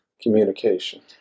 communication